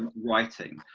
writing.